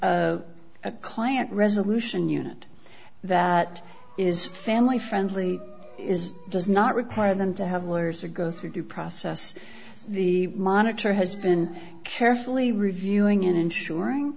a client resolution unit that is family friendly is does not require them to have lawyers or go through due process the monitor has been carefully reviewing and ensuring